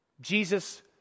Jesus